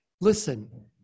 listen